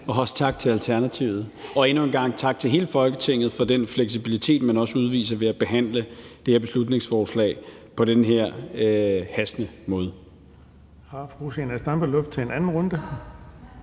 Også tak til Alternativet, og endnu en gang tak til hele Folketinget for den fleksibilitet, man også udviser ved at behandle det her beslutningsforslag på den her hastende måde.